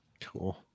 Cool